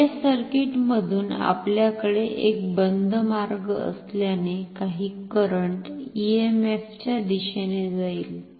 बाह्य सर्किटमधून आपल्याकडे एक बंद मार्ग असल्याने काही करंट ईएमएफच्या दिशेने जाईल